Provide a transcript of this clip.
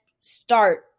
start